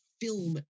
film